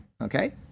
Okay